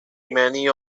many